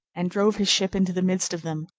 and drove his ship into the midst of them.